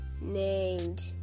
named